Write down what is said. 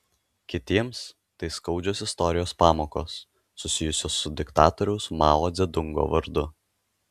kitiems tai skaudžios istorijos pamokos susijusios su diktatoriaus mao dzedungo vardu